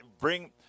bring